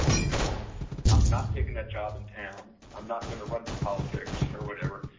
you know i'm not taking that job in town, i'm not going to run for politics or whatever,